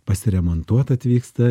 pasiremontuot atvyksta